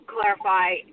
clarify